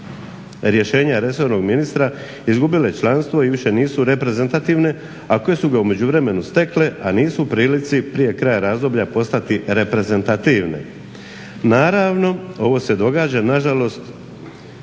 rješenja resornog ministra izgubile članstvo i više nisu reprezentativne, a koje su ga u međuvremenu stekle a nisu u prilici prije kraja razdoblja postati reprezentativne. Naravno, ovo se događa nažalost